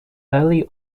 early